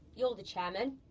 you're the chairman,